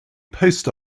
post